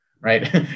Right